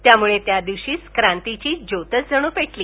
त्यामुळे या दिवशी क्रांतीची ज्योतच जणू पेटली